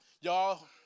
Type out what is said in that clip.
y'all